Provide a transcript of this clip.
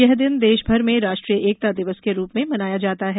यह दिन देशभर में राष्ट्रीय एकता दिवस के रूप में मनाया जाता है